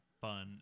fun